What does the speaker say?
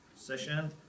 session